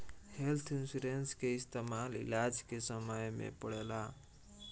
health insurance के इस्तमाल इलाज के समय में पड़ेला